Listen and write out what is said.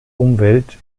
umwelt